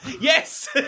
Yes